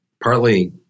partly